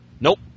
Nope